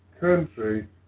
country